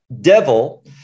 devil